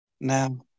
Now